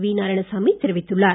we Narayanasamy தெரிவித்துள்ளார்